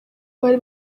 bari